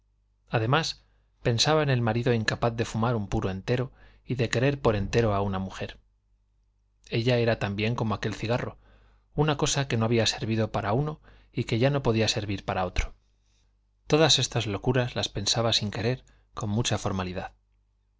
además pensaba en el marido incapaz de fumar un puro entero y de querer por entero a una mujer ella era también como aquel cigarro una cosa que no había servido para uno y que ya no podía servir para otro todas estas locuras las pensaba sin querer con mucha formalidad